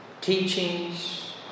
teachings